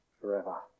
forever